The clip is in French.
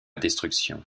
destruction